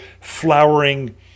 flowering